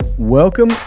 welcome